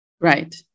Right